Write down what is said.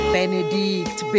Benedict